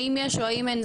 האם יש או האם אין,